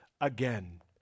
again